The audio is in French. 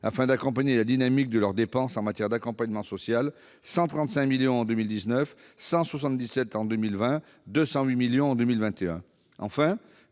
afin d'accompagner la dynamique de leurs dépenses en matière d'accompagnement social : 135 millions d'euros en 2019, 177 millions d'euros